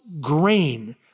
grain